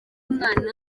umwana